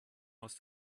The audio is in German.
aus